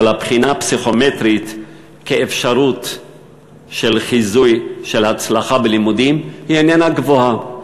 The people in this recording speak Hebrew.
הבחינה הפסיכומטרית כאפשרות של חיזוי להצלחה בלימודים איננה גבוהה,